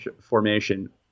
formation